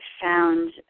found